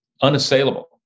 unassailable